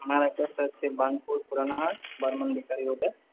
আমার অ্যাড্রেসটা হচ্ছে বাঙ্কপুর পুরানা হাট বাক মুন্ডিকারি রোডে